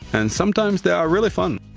and sometimes they're really fun,